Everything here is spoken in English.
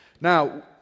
Now